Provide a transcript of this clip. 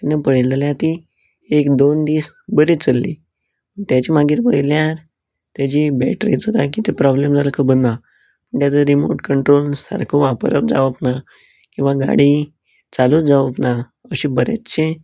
तेन्ना पळयली जाल्यार ती एक दोन दीस बरीं चल्ली तेचे मागीर पळयल्यार तेची बेटरेचो कांय कितें प्रॉब्लम जालो खबर ना तेचो रिमोट कंन्ट्रोल सारको वापरप जावप ना किंवां गाडी चालूच जावप ना अशें बरेंचशें